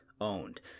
owned